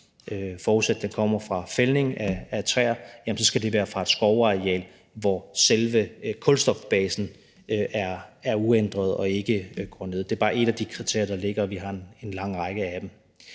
forudsat at den kommer fra fældning af træer, komme fra et skovareal, hvor selve kulstofbasen er uændret og ikke går ned. Det er bare et af de kriterier, der ligger, og vi har en lang række af dem.